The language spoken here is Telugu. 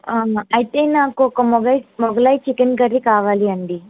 అయితే నాకు ఒక మొగయ్ మొగలాయ్ చికెన్ కర్రీ కావలి అండి